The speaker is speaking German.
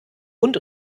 und